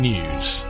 News